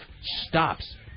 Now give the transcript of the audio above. stops